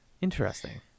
Interesting